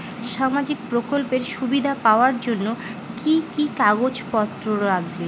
সামাজিক প্রকল্পের সুবিধা পাওয়ার জন্য কি কি কাগজ পত্র লাগবে?